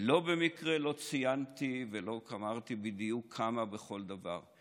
ולא במקרה לא ציינתי ולא אמרתי בדיוק כמה לתת בכל דבר,